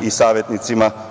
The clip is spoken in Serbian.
i savetnicima